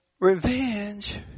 revenge